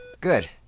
Good